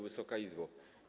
Wysoka Izbo!